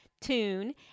tune